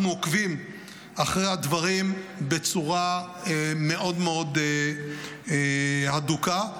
אנחנו עוקבים אחרי הדברים בצורה מאוד מאוד הדוקה.